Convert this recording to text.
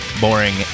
boring